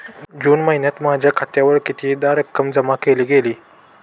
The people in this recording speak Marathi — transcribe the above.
जून महिन्यात माझ्या खात्यावर कितीदा रक्कम जमा केली गेली?